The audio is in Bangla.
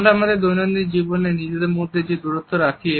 আমরা আমাদের দৈনন্দিন জীবনে নিজেদের মধ্যে যে দূরত্ব রাখি